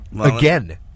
Again